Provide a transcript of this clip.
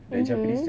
mmhmm